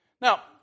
Now